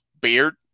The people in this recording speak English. beard